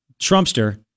Trumpster